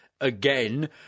again